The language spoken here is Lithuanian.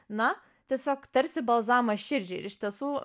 na tiesiog tarsi balzamas širdžiai ir iš tiesų